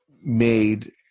made